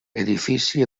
edifici